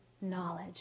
knowledge